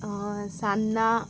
सान्नां